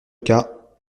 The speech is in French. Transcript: cas